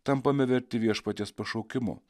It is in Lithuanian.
tampame verti viešpaties pašaukimu